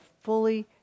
fully